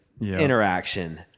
interaction